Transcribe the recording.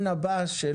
אנא, בדקה בבקשה.